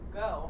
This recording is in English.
go